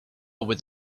with